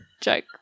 joke